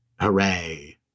hooray